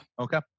Okay